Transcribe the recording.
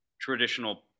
traditional